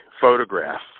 photograph